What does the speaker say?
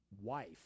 wife